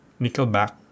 Nickelback